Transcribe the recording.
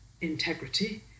integrity